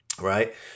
right